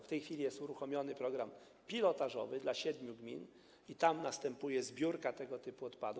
W tej chwili jest uruchomiony program pilotażowy dla siedmiu gmin i tam następuje zbiórka tego typu odpadów.